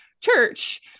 church